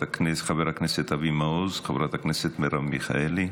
חבר הכנסת אבי מעוז, חברת הכנסת מרב מיכאלי,